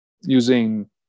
Using